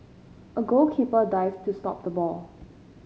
a goalkeeper dived to stop the ball